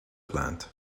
plant